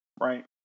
right